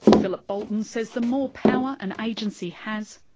philip boulten says the more power an agency has,